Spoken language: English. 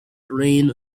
grain